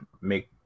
make